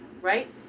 right